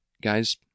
Guys